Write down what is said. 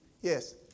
Yes